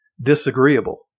disagreeable